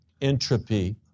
entropy